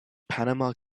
panama